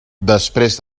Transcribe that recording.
després